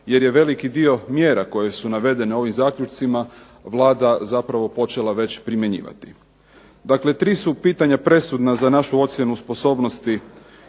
jer je veliki dio mjera koje su navedene ovim zaključcima Vlada zapravo počela već primjenjivati. Dakle tri su pitanja presudna za našu ocjenu sposobnosti